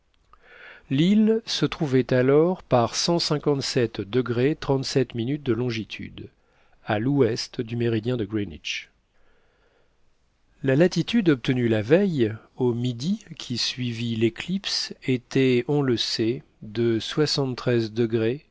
l'île se trouvait alors par de longitude à l'ouest du méridien de greenwich la latitude obtenue la veille au midi qui suivit l'éclipse était on le sait de